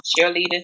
cheerleaders